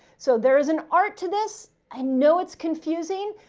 so there is an art to this. i know it's confusing,